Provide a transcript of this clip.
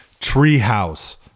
Treehouse